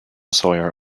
sawyer